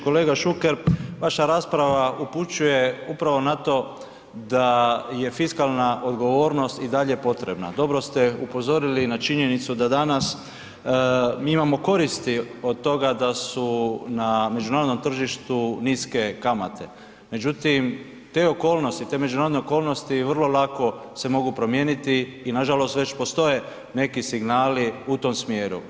Kolega Šuker, vaša rasprava upućuje upravo na to da je fiskalna odgovornost i dalje potrebna, dobro ste upozorili na činjenicu da danas mi imamo koristi od toga da su na međunarodnom tržištu niske kamate međutim, te okolnosti, te međunarodne okolnosti vrlo lako se mogu promijeniti i nažalost već postoje neki signali u tom smjeru.